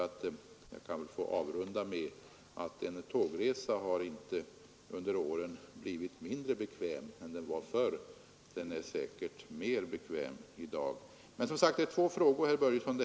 Jag kan väl få avrunda med att säga att en tågresa inte under åren har blivit mindre bekväm än den var förr, den är säkert mer bekväm i dag. Men, som sagt, detta är två frågor, herr Börjesson.